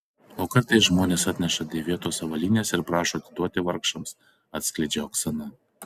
o kartais žmonės atneša dėvėtos avalynės ir prašo atiduoti vargšams atskleidžia oksana